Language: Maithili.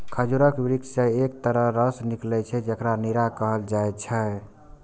खजूरक वृक्ष सं एक तरहक रस निकलै छै, जेकरा नीरा कहल जाइ छै